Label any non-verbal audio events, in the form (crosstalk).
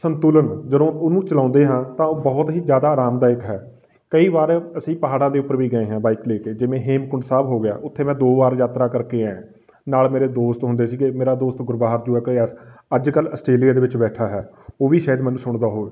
ਸੰਤੁਲਨ ਜਦੋਂ ਉਹਨੂੰ ਚਲਾਉਂਦੇ ਹਾਂ ਤਾਂ ਉਹ ਬਹੁਤ ਹੀ ਜ਼ਿਆਦਾ ਆਰਾਮਦਾਇਕ ਹੈ ਕਈ ਵਾਰ ਅਸੀਂ ਪਹਾੜਾਂ ਦੇ ਉੱਪਰ ਵੀ ਗਏ ਹਾਂ ਬਾਈਕ ਲੈ ਕੇ ਜਿਵੇਂ ਹੇਮਕੁੰਟ ਸਾਹਿਬ ਹੋ ਗਿਆ ਉੱਥੇ ਮੈਂ ਦੋ ਵਾਰ ਯਾਤਰਾ ਕਰਕੇ ਆਇਆ ਨਾਲ ਮੇਰੇ ਦੋਸਤ ਹੁੰਦੇ ਸੀਗੇ ਮੇਰਾ ਦੋਸਤ ਗੁਰਬਾਹਰ ਜੋ (unintelligible) ਅੱਜ ਕੱਲ੍ਹ ਆਸਟਰੇਲੀਆ ਦੇ ਵਿੱਚ ਬੈਠਾ ਹੈ ਉਹ ਵੀ ਸ਼ਾਇਦ ਮੈਨੂੰ ਸੁਣਦਾ ਹੋਵੇ